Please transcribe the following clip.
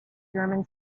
german